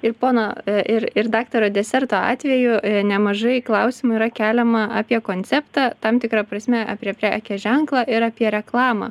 ir pono ir ir daktaro deserto atveju nemažai klausimų yra keliama apie konceptą tam tikra prasme apie prekės ženklą ir apie reklamą